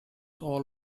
all